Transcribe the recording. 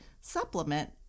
supplement